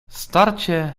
starcie